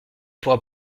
pourra